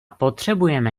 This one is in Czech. potřebujeme